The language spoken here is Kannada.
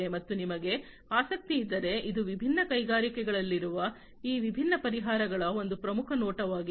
ಮತ್ತು ನಿಮಗೆ ಆಸಕ್ತಿಯಿದ್ದರೆ ಇದು ವಿಭಿನ್ನ ಕೈಗಾರಿಕೆಗಳಲ್ಲಿರುವ ಈ ವಿಭಿನ್ನ ಪರಿಹಾರಗಳ ಒಂದು ಪ್ರಮುಖ ನೋಟವಾಗಿದೆ